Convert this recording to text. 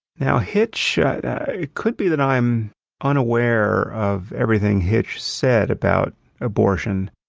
now hitch it could be that i'm unaware of everything hitch said about abortion,